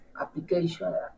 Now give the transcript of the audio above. application